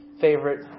favorite